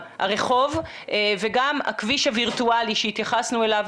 ברחוב, וגם הכביש הווירטואלי שהתייחסנו אליו.